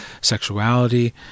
sexuality